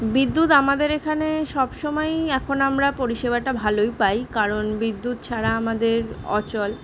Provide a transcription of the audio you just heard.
বিদ্যুৎ আমাদের এখানে সবসময়ই এখন আমরা পরিষেবাটা ভালোই পাই কারণ বিদ্যুৎ ছাড়া আমাদের অচল